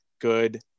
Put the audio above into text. Good